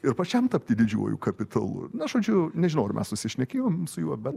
ir pačiam tapti didžiuoju kapitalu na žodžiu nežinau ar mes susišnekėjom su juo bet